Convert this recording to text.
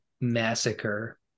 massacre